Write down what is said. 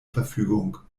verfügung